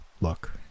Look